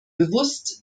bewusst